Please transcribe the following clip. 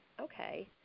Okay